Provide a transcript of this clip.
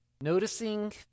Noticing